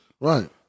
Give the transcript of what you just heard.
Right